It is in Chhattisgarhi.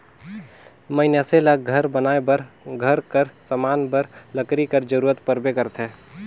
मइनसे ल घर बनाए बर, घर कर समान बर लकरी कर जरूरत परबे करथे